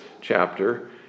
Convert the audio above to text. chapter